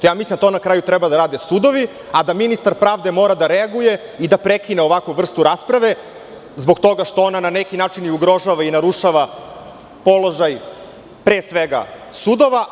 Mislim da to na kraju treba da rade sudovi, a da ministar pravde mora da reaguje i da prekine ovakvu vrstu rasprave zbog toga što ona na neki način ugrožava i urušava položaj pre svega sudova.